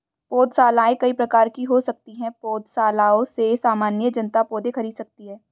पौधशालाएँ कई प्रकार की हो सकती हैं पौधशालाओं से सामान्य जनता पौधे खरीद सकती है